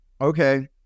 okay